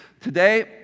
Today